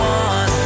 one